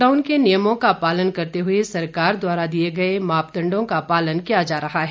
lockdown के नियमों का पालन करते हुए सरकार द्वारा दिए गए मापदण्डों का पालन किया जा रहा है